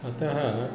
अतः